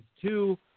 two